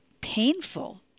painful